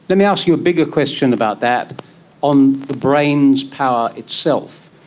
let me ask you a bigger question about that on the brain's power itself,